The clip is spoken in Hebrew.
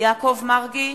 יעקב מרגי,